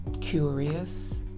curious